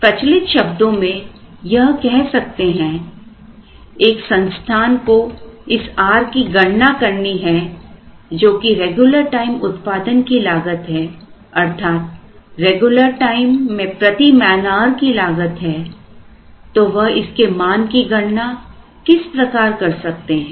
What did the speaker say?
प्रचलित शब्दों में यह कह सकते हैं एक संस्थान को इस r की गणना करनी है जो कि रेगुलर टाइम उत्पादन की लागत है अर्थात रेगुलर टाइम में प्रति मैनआउर् की लागत है तो वह इसके मान की गणना किस प्रकार कर सकते हैं